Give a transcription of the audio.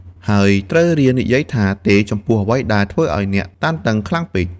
ហើយត្រូវរៀននិយាយថា "ទេ" ចំពោះអ្វីដែលធ្វើឱ្យអ្នកតានតឹងខ្លាំងពេក។